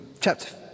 chapter